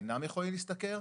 שאינם יכולים להשתכר,